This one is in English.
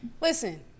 listen